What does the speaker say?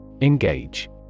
Engage